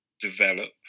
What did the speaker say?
develop